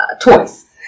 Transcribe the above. toys